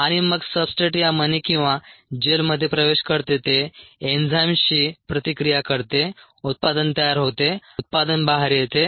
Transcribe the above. आणि मग सब्सट्रेट या मणी किंवा जेलमध्ये प्रवेश करते ते एन्झाइमशी प्रतिक्रिया करते उत्पादन तयार होते उत्पादन बाहेर येते